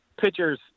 pitchers